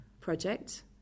project